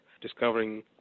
discovering